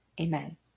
amen